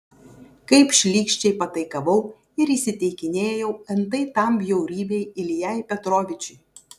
kaip šlykščiai pataikavau ir įsiteikinėjau antai tam bjaurybei iljai petrovičiui